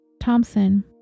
Thompson